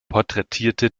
porträtierte